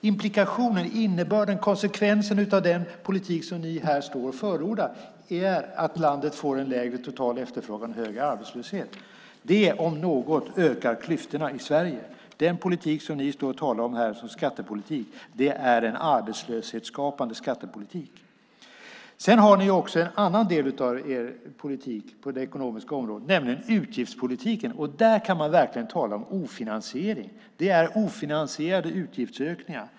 Implikationen, innebörden, konsekvensen av den politik som ni här står och förordar är att landet får en lägre total efterfrågan och högre arbetslöshet. Det om något ökar klyftorna i Sverige. Den politik som ni talar om som skattepolitik är en arbetslöshetsskapande skattepolitik. Sedan har Socialdemokraterna också en annan del av sin politik på det ekonomiska området, nämligen utgiftspolitiken. Där kan man verkligen tala om ofinansiering. Det är ofinansierade utgiftsökningar.